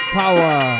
power